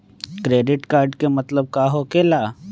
Credit card के मतलब का होकेला?